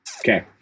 Okay